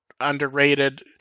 underrated